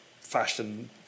fashion